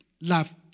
love